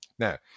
Now